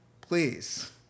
Please